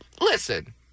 Listen